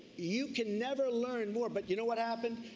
you can never learn more. but you know what happened,